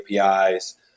APIs